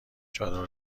چادر